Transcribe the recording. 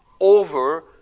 over